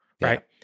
right